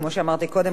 כמו שאמרתי קודם,